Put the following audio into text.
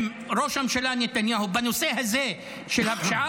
כשנפגשנו עם ראש הממשלה נתניהו בנושא הזה של הפשיעה